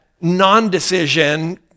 non-decision